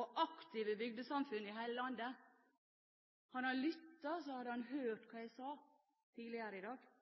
og aktive bygdesamfunn i hele landet. Hadde han lyttet, hadde han hørt hva jeg sa tidligere i dag.